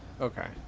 okay